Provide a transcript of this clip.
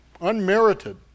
unmerited